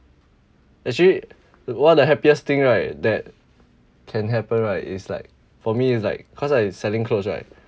actually one of the happiest thing right that can happen right is like for me it's like cause I selling clothes right